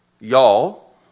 y'all